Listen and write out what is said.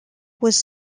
was